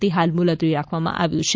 તે હાલ મુલતવી રાખવામાં આવ્યું છે